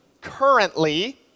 currently